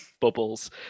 bubbles